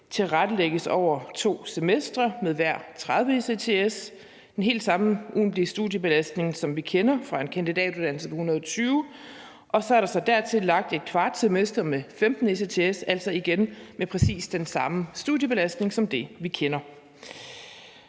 tilrettelægges over to semestre med hver 30 ECTS; den helt samme ugentlige studiebelastning, som vi kender fra en kandidatuddannelse på 120 ECTS. Dertil er så lagt et kvart semester med 15 ECTS, altså igen med præcis den samme studiebelastning som den, vi kender.